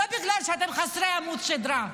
לא בגלל שאתם חסרי עמוד שדרה.